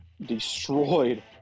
destroyed